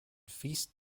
feast